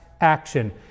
action